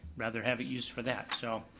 rather have it used for that, so,